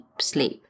sleep